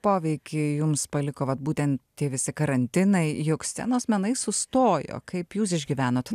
poveikį jums paliko vat būtent tie visi karantinai juk scenos menai sustojo kaip jūs išgyvenot